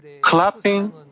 clapping